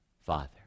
Father